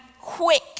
quick